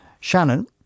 Shannon